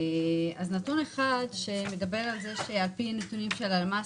אז נתון אחד שמדבר על זה שעל פי נתונים של הלמ"ס